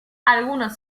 algunos